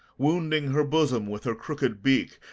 wounding her bosom with her crooked beak,